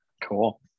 Cool